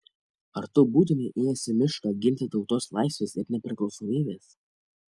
ar tu būtumei ėjęs į mišką ginti tautos laisvės ir nepriklausomybės